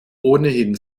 ohnehin